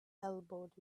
elbowed